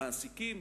מעסיקים,